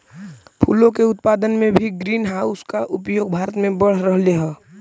फूलों के उत्पादन में भी ग्रीन हाउस का उपयोग भारत में बढ़ रहलइ हे